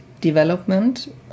development